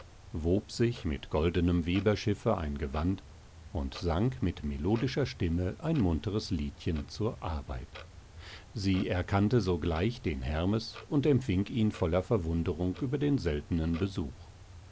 wob sich mit goldenem weberschiffe ein gewand und sang mit melodischer stimme ein munteres liedchen zur arbeit sie erkannte sogleich den hermes und empfing ihn voller verwunderung über den seltenen besuch